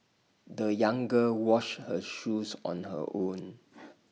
the young girl washed her shoes on her own